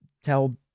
tell